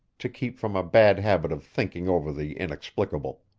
to keep from a bad habit of thinking over the inexplicable.